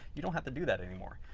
you don't have to do that anymore.